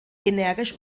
energisch